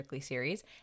Series